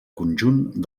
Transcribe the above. conjunt